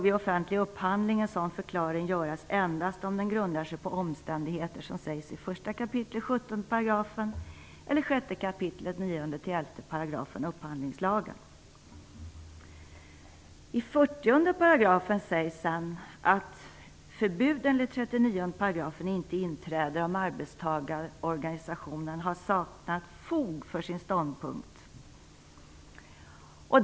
Vid offentlig upphandling får dock en sådan förklaring göras endast om den grundar sig på omständigheter som sägs i 1 kap 17 § eller 6 kap 9-11 §§ upphandlingslagen. I 40 § sägs sedan att förbud enligt 39 § inte inträder om arbetstagarorganisationen saknar fog för sin ståndpunkt.